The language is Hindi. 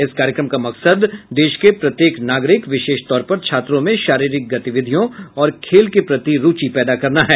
इस कार्यक्रम का मकसद है देश के प्रत्येक नागरिक विशेष तौर पर छात्रों में शारीरिक गतिविधियों और खेल के प्रति रूचि पैदा करना है